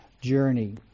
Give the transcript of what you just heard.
journey